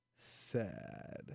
sad